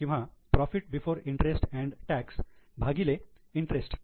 किंवा profit before interest and tax भागिले interest